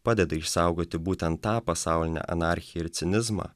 padeda išsaugoti būtent tą pasaulinę anarchiją ir cinizmą